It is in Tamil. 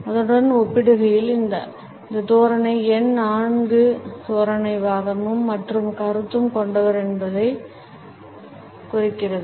அதனுடன் ஒப்பிடுகையில் அடுத்த தோரணை எண் 4 தோரணை வாதமும் மற்றும் கருத்தும் கொண்டவர் என்பதைக் குறிக்கிறது